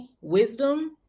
wisdom